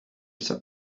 saw